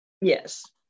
Yes